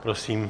Prosím.